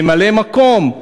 וממלא-מקום,